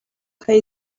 pay